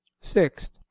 sixth